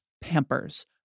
Pampers